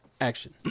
action